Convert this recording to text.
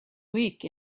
week